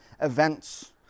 events